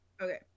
Okay